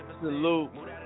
salute